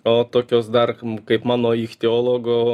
o tokios dar kaip mano ichtiologo